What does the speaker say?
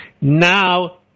now